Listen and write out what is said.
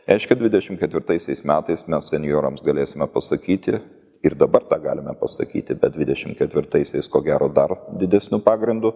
reiškia dvidešim ketvirtaisiais metais mes senjorams galėsime pasakyti ir dabar tą galime pasakyti bet dvidešim ketvirtaisiais ko gero dar didesniu pagrindu